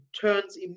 turns